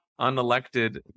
unelected